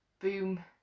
boom